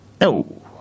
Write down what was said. No